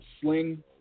Sling